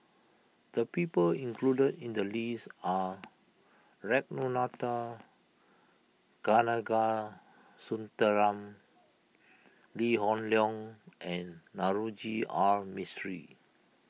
the people included in the list are Ragunathar Kanagasuntheram Lee Hoon Leong and Navroji R Mistri